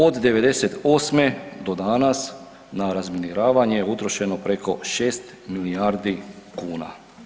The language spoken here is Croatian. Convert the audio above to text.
Od 98. do danas na razminiravanje je utrošeno preko 6 milijardi kuna.